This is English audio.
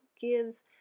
gives